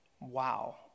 wow